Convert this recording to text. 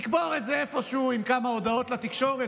נקבור את זה איפשהו עם כמה הודעות לתקשורת,